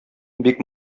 бик